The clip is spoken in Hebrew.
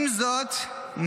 עם זאת,